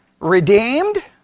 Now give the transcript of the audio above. Redeemed